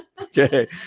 Okay